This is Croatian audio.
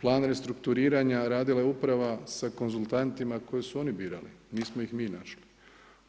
Plan restrukturiranja radila je uprava sa konzultantima koje su oni birali, nismo ih mi našli,